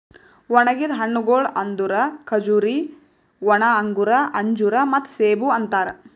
ಒಣುಗಿದ್ ಹಣ್ಣಗೊಳ್ ಅಂದುರ್ ಖಜೂರಿ, ಒಣ ಅಂಗೂರ, ಅಂಜೂರ ಮತ್ತ ಸೇಬು ಅಂತಾರ್